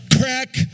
Crack